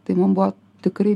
tai mum buvo tikrai